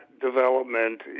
development